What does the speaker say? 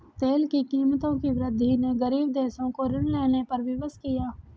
तेल की कीमतों की वृद्धि ने गरीब देशों को ऋण लेने पर विवश किया